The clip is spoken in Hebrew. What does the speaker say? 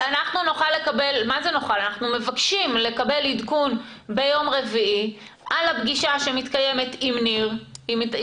אנחנו מבקשים לקבל עדכון ביום רביעי על הפגישה שמתקיימת עם ניר שפר,